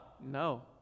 No